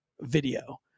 video